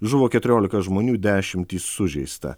žuvo keturiolika žmonių dešimtys sužeista